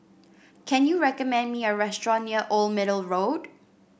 can you recommend me a restaurant near Old Middle Road